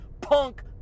punk